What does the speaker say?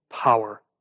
power